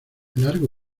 largo